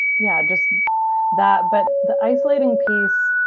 yeah, just that, but the isolating piece